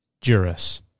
Juris